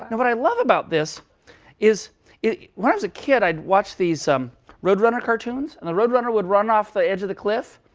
and what i love about this is when i was a kid, i'd watch these um roadrunner cartoons. and the roadrunner would run off the edge of the cliff,